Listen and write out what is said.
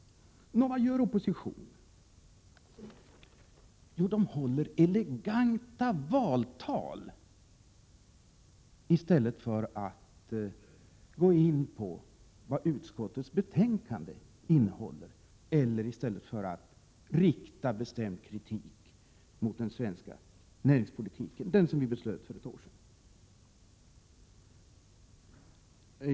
Nå, vad gör då oppositionen? Jo, man håller eleganta valtal i stället för att gå in på vad utskottets betänkande innehåller eller rikta bestämd kritik mot den svenska näringspolitiken, den som vi fattade beslut om för ett år sedan.